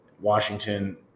Washington